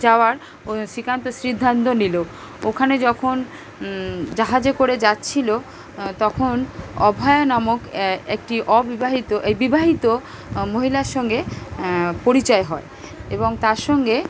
যাওয়ার ও শ্রীকান্ত সিদ্ধান্ত নিলো ওখানে যখন জাহাজে করে যাচ্ছিলো তখন অভয়া নামক একটি অবিবাহিত এই বিবাহিত মহিলার সঙ্গে পরিচয় হয় এবং তার সঙ্গে